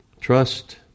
Trust